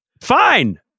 Fine